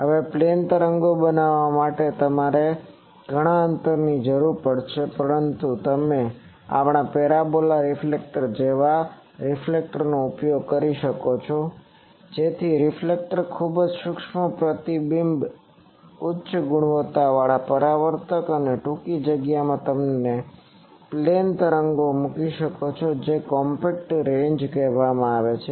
હવે પ્લેન તરંગો બનાવવા માટે તમારે ઘણાં અંતરની જરૂર પડશે પરંતુ તમે આપણા પેરાબોલા રીફલેક્ટર જેવા રિફ્લેક્ટરનો ઉપયોગ કરી શકો છો જેથી રિફલેક્ટર ખૂબ જ સુક્ષ્મ પ્રતિબિંબક ખૂબ જ ઉચ્ચ ગુણવત્તાવાળા પરાવર્તક અને ટૂંકી જગ્યામાં તમે પ્લેન તરંગોને મૂકી શકો છો જેને કોમ્પેક્ટ રેન્જ કહેવામાં આવે છે